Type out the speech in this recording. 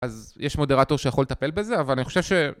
אז יש מודרטור שיכול לטפל בזה, אבל אני חושב ש...